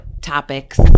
topics